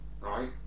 right